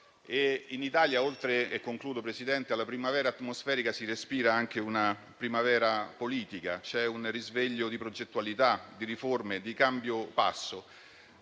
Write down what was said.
in Italia, oltre alla primavera atmosferica, si respira anche una primavera politica: c'è un risveglio di progettualità, di riforme e un cambio di passo.